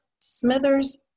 Smithers